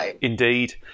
Indeed